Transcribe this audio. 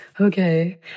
okay